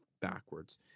backwards